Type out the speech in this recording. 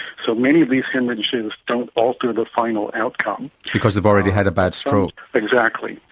so, many of these haemorrhages don't alter the final outcome. because they've already had a bad stroke. exactly.